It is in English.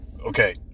Okay